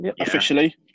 officially